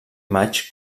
maig